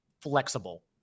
flexible